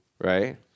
right